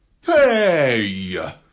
Hey